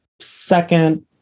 second